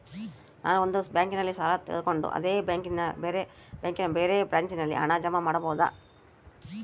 ನಾನು ಒಂದು ಬ್ಯಾಂಕಿನಲ್ಲಿ ಸಾಲ ತಗೊಂಡು ಅದೇ ಬ್ಯಾಂಕಿನ ಬೇರೆ ಬ್ರಾಂಚಿನಲ್ಲಿ ಹಣ ಜಮಾ ಮಾಡಬೋದ?